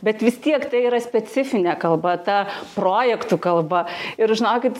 bet vis tiek tai yra specifinė kalba ta projektų kalba ir žinokit